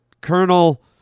Colonel